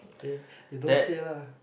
then then don't say lah